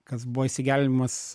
kas buvo išsigelbėjimas